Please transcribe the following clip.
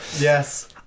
Yes